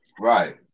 Right